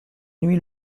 nuit